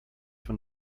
von